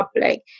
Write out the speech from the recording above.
public